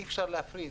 אי אפשר להפריד,